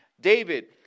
David